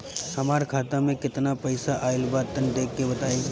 हमार खाता मे केतना पईसा आइल बा तनि देख के बतईब?